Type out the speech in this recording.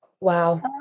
wow